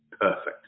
perfect